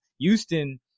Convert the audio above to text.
houston